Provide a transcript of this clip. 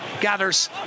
gathers